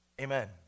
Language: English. Amen